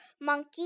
monkey